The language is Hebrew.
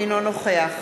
אינו נוכח